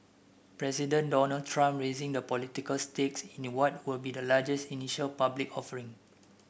President Donald Trump raising the political stakes in what would be the largest initial public offering